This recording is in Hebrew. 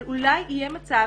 אבל אולי יהיה מצב